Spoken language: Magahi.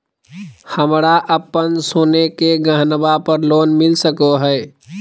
हमरा अप्पन सोने के गहनबा पर लोन मिल सको हइ?